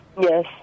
Yes